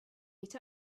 meet